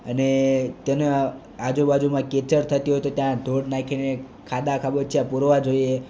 અને તને આજુબાજુમાં કીચડ થતી હોય તો ત્યાં ધૂળ નાખીને ખાડા ખાબોચિયા પુરવા જોઈએ